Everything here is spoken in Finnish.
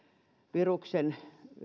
viruksen